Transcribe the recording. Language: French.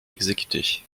exécuté